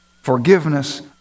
Forgiveness